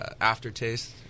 aftertaste